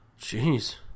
Jeez